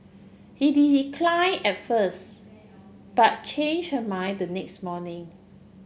decline at first but change her mind the next morning